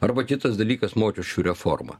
arba kitas dalykas mokesčių reforma